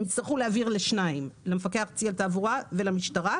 הם יצטרכו להעביר לשניים - למפקח הארצי על התעבורה ולמשטרה.